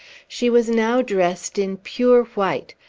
she was now dressed in pure white,